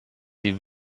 die